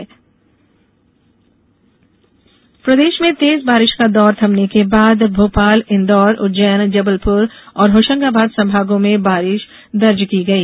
मौसम प्रदेश में तेज बारिश का दौर थमने के बाद भोपाल इंदौर उज्जैन जबलपुर और होशंगाबाद संभागों में बारिश दर्ज की गई